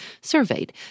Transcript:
surveyed